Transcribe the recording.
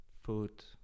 food